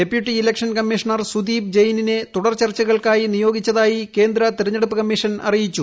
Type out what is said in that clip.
deputy election commissioner ജെയിനിനെ സുദീപ് തുടർചർച്ചകൾക്കായി നിയോഗിച്ചതായി കേന്ദ്ര തെരഞ്ഞെടുപ്പ് കമ്മീഷൻ അറിയിച്ചു